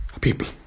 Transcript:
people